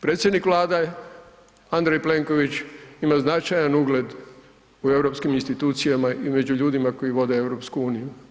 Predsjednik Vlade Andrej Plenković ima značajan ugled u europskim institucijama i među ljudima koji vode EU.